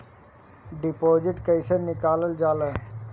Deposit कैसे निकालल जाइ?